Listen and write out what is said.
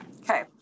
Okay